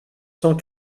cent